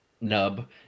nub